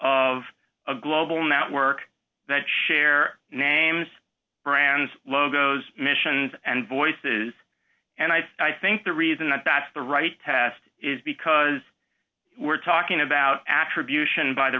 of a global network that share names brands logos missions and voices and i think the reason that that's the right test is because we're talking about attribution by the